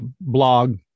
blog